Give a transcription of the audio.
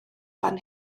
fan